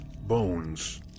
bones